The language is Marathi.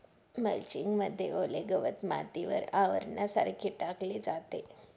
मल्चिंग मध्ये ओले गवत मातीवर आवरणासारखे टाकले जाते